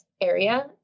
area